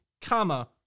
comma